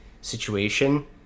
situation